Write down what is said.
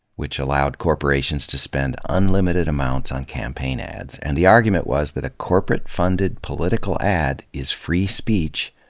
which allowed corporations to spend unlimited amounts on campaign ads and the argument was that a corporate funded political ad is free speech,